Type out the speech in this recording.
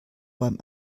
beim